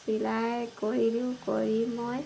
চিলাই কৰিলোঁ কৰি মই